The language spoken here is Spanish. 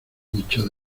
bicho